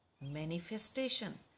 Manifestation